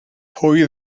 pwy